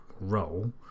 role